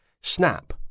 Snap